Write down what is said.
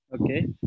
Okay